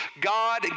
God